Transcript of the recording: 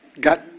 got